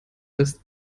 dass